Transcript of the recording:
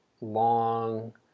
long